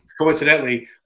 coincidentally